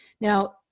now